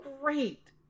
great